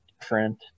different